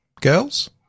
girls